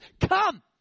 come